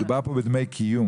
מדובר פה בדמי קיום.